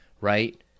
right